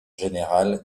général